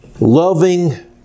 Loving